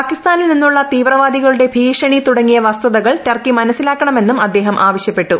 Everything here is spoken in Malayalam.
പാകിസ്ഥാനിൽ നിന്നുളള തീവ്രവാദികളുടെ ഭീഷണി തുടങ്ങിയ വസ്തുതകൾ ടർക്കി മനസിലാക്കണമെന്നും അദ്ദേഹം ആവശ്യപ്പെട്ടു